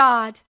God